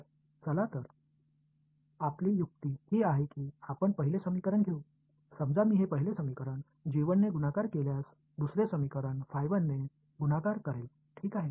तर चला तर आपली युक्ती ही आहे की आपण पहिले समीकरण घेऊ समजा मी हे पहिले समीकरण ने गुणाकार केल्यास दुसरे समीकरण ने गुणाकार करेल ठीक आहे